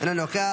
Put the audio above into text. אינו נוכח,